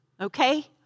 okay